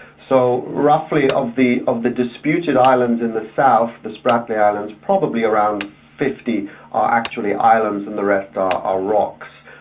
so roughly, of the of the disputed islands in the south, the spratly islands, probably around fifty are actually islands and the rest are rocks.